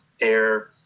air